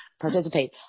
participate